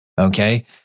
okay